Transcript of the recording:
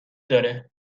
داره